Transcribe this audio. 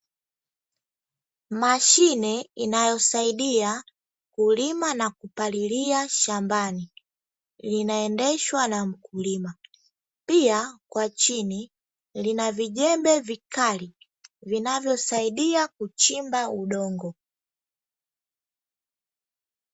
Mashine inayosaidia kulima na kupalilia shambani inaendeshwa na mkulima, pia kwa chini linavijembe vikali vinavyosaidia kuchimba udongo.